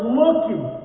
looking